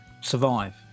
survive